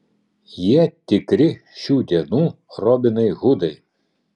jie tikri šių dienų robinai hudai